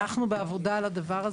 אנחנו בעבודה על הדבר הזה.